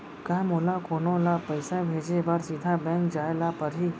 का मोला कोनो ल पइसा भेजे बर सीधा बैंक जाय ला परही?